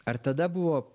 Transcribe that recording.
ar tada buvo